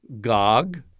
Gog